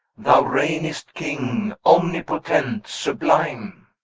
thou reignest king, omnipotent, sublime.